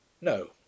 no